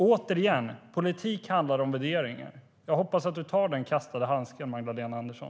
Återigen: Politik handlar om värderingar. Jag hoppas att Magdalena Andersson tar upp den kastade handsken.